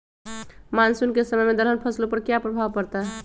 Monsoon के समय में दलहन फसलो पर क्या प्रभाव पड़ता हैँ?